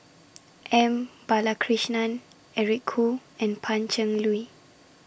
M Balakrishnan Eric Khoo and Pan Cheng Lui